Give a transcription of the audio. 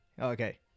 Okay